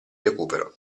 recupero